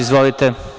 Izvolite.